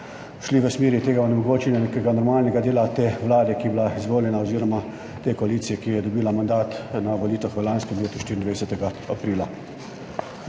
šli v smeri tega onemogočenja nekega normalnega dela te vlade, ki je bila izvoljena, oziroma te koalicije, ki je dobila mandat na volitvah v lanskem letu, 24. aprila.